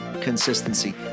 consistency